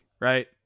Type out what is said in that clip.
right